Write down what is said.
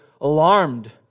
alarmed